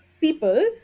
people